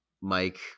Mike